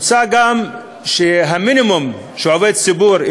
מוצע גם שהמינימום שעובד ציבור,